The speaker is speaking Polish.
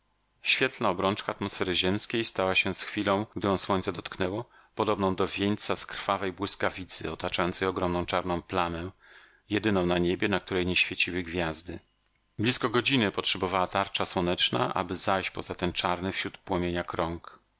swietlna obrączka atmosfery ziemskiej stała się z chwilą gdy ją słońce dotknęło podobną do wieńca z krwawej błyskawicy otaczającej ogromną czarną plamę jedyną na niebie na której nie świeciły gwiazdy blizko godziny potrzebowała tarcza słoneczna aby zajść poza ten czarny wśród płomienia krąg